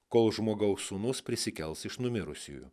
kol žmogaus sūnus prisikels iš numirusiųjų